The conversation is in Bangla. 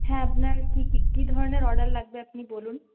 হ্যাঁ আপনার কি কি কি ধরনের অর্ডার লাগবে আপনি বলুন